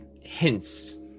hints